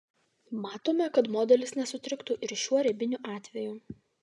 matome kad modelis nesutriktų ir šiuo ribiniu atveju